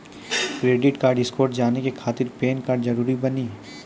Credit score जाने के खातिर पैन कार्ड जरूरी बानी?